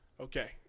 Okay